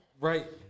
Right